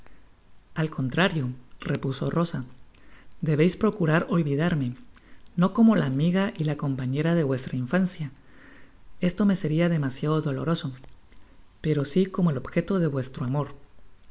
al contrario repuso rosa debeis procurar olvidarme no como la amiga y la compañera de vuestra infancia esto me seria demasiado doloroso pero si como el objeto de vuestro amor